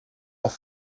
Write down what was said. auf